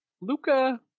Luca